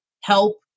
help